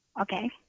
Okay